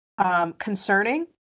concerning